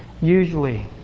usually